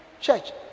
church